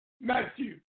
Matthew